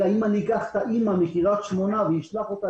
אם אני אקח את האימא מקריית שמונה ואשלח אותה